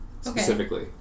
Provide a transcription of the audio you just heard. specifically